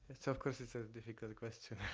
so of course, it's a difficult question.